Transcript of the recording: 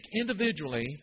individually